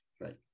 Right